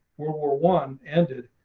world war one ended.